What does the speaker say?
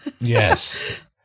Yes